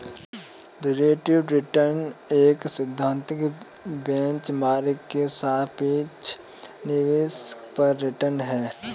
relative return एक सैद्धांतिक benchmark के सापेक्ष निवेश पर रिटर्न है